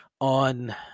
on